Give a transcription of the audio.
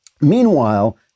Meanwhile